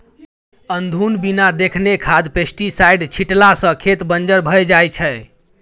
अनधुन बिना देखने खाद पेस्टीसाइड छीटला सँ खेत बंजर भए जाइ छै